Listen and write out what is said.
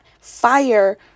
fire